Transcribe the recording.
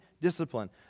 discipline